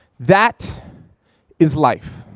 that is life.